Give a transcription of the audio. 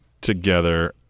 together